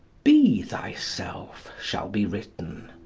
be thyself shall be written.